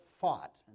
fought